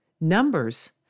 numbers